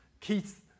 Keith